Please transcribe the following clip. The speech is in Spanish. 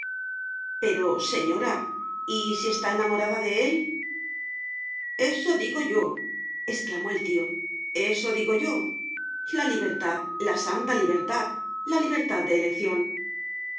pero señora y si está enamorada de él eso digo yoexclamó el tío eso digo yo la libertad la santa libertad la libertad de elección